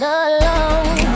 alone